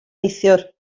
neithiwr